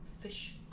Fish